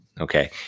Okay